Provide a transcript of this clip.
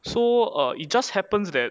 so err it just happens that